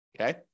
Okay